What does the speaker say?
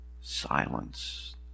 silence